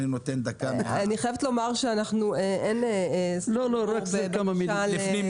אני חייבת לומר שבדרך כלל זה לא קורה ברוויזיה,